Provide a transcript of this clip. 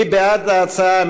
מי בעד ההצעה?